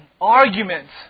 arguments